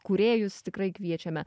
kūrėjus tikrai kviečiame